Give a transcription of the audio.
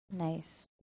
Nice